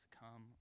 come